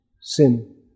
sin